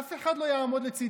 אף אחד לא יעמוד לצידנו.